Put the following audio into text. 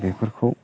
बेफोरखौ